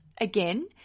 Again